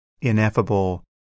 ineffable